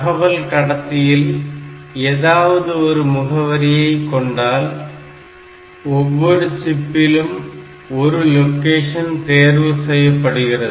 தகவல் கடத்தியில் ஏதாவது ஒரு முகவரியை கொண்டால் ஒவ்வொரு சிப்பிலும் ஒரு லோக்கேஷன் தேர்வு செய்யப்படுகிறது